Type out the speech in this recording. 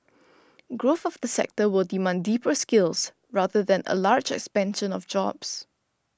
growth of the sector will demand deeper skills rather than a large expansion of jobs